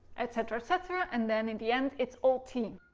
etc etc and then in the end it's all t